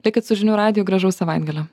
likit su žinių radijo gražaus savaitgalio